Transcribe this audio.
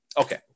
Okay